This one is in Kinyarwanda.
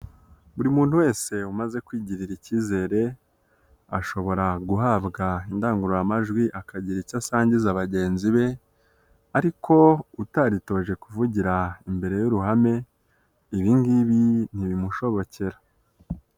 Buri muntu wese umaze kwigirira ikizere, ashobora guhabwa indangururamajwi akagira icyo asangiza bagenzi be ariko utaritoje kuvugira imbere y'uruhame ibi ngibi ntibimushobokera.